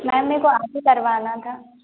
ma'am मे को आज ही करवाना था